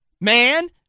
man